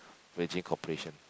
Virgin Corporation